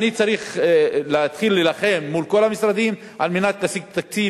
אני צריך להתחיל להילחם מול כל המשרדים על מנת להשיג תקציב.